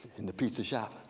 in the pizza shop.